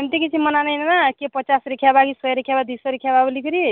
ଏମତି କିଛି ମନା ନାହିଁ ନା କିଏ ପଚାଶରେ ଖାଇବା କିଏ ଶହେରେ ଖାଇବ ଦୁଇଶହରେ ଖାଇବା ବୋଲିକିରି